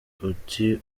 uti